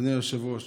אדוני היושב-ראש,